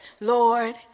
Lord